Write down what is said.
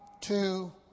two